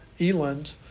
Eland